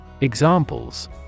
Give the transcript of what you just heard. Examples